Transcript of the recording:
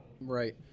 Right